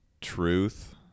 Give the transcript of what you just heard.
truth